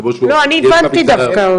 לא, אני הבנתי דווקא.